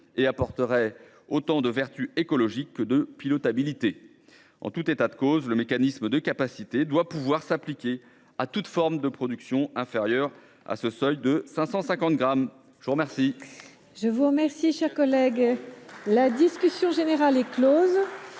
serait source tant de vertus écologiques que de « pilotabilité ». En tout état de cause, le mécanisme de capacité doit pouvoir s’appliquer à toute forme de production inférieure au seuil de 550 grammes. La discussion